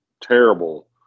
Terrible